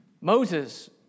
Moses